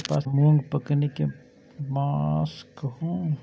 मूँग पकनी के मास कहू?